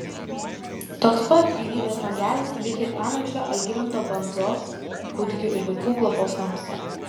toks pat gyvybės langelis veikia ir panevėžio algimanto bandzos kūdikių ir vaikų globos namuose